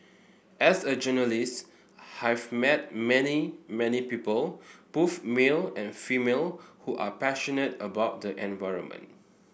as a journalist have met many many people both male and female who are passionate about the environment